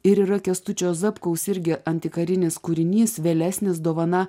ir yra kęstučio zapkaus irgi antikarinis kūrinys vėlesnis dovana